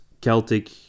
Celtic